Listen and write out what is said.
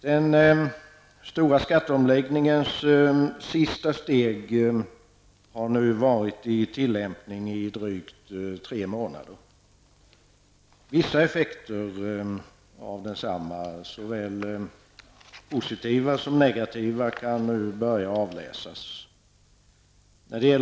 Den stora skatteomläggningens sista steg har nu varit i tillämpning i drygt tre månader. Vissa effekter av densamma, såväl positiva som negativa, kan nu börja avläsas.